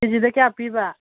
ꯀꯦꯖꯤꯗ ꯀꯌꯥ ꯄꯤꯔꯤꯕ